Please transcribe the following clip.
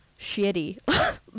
Shitty